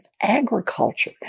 Agriculture